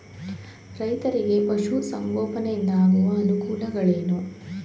ರೈತರಿಗೆ ಪಶು ಸಂಗೋಪನೆಯಿಂದ ಆಗುವ ಅನುಕೂಲಗಳೇನು?